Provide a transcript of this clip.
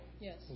Yes